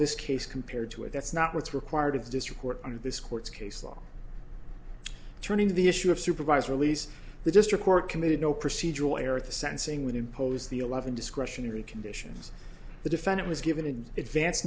this case compared to it that's not what's required of this report out of this court case law turning to the issue of supervise release the district court committed no procedural error at the sentencing would impose the eleven discretionary conditions the defendant was given in advance